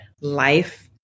Life